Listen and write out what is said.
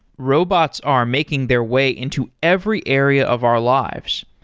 robots are making their way into every area of our lives.